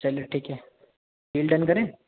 چلیے ٹھیک ہے ڈیل ڈن کریں